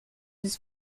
ist